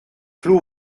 clos